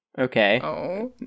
Okay